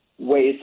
ways